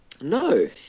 No